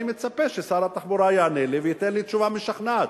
אני מצפה ששר התחבורה יענה לי וייתן לי תשובה משכנעת.